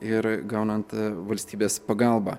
ir gaunant valstybės pagalbą